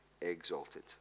exalted